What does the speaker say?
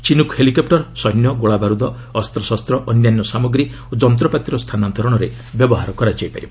Chinook helicopter ସୈନ୍ୟ ଗୋଳାବାରୁଦ ଅସ୍ତଶସ୍ତ୍ର ଅନ୍ୟାନ୍ୟ ସାମଗ୍ରୀ ଓ ଯନ୍ତ୍ରପାତିର ସ୍ଥାନାନ୍ତରଣରେ ବ୍ୟବହାର କରାଯାଇପାରିବ